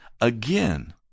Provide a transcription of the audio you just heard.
again